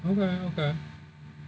okay okay